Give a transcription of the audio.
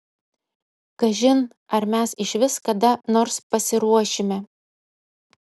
kažin ar mes išvis kada nors pasiruošime